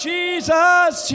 Jesus